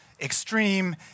extreme